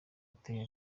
ateye